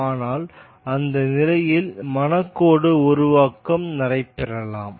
அதனால் அந்த நிலையில் மன கோடு உருவாக்கம் நடைபெறலாம்